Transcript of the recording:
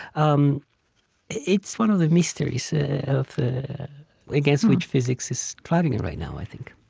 um it's one of the mysteries ah of the against which physics is striving right now, i think